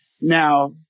Now